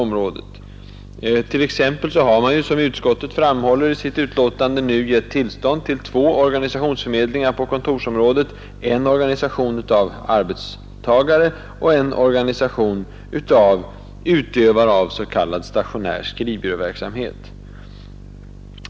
Man har som utskottet framhåller i sitt betänkande gett tillstånd till två organisationsförmedlingar på kontorsområdet, en organisation av arbetstagare och en organisation av utövare av s.k. stationär skrivbyråverksamhet.